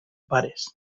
pares